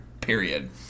Period